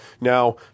Now